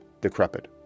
decrepit